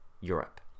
Europe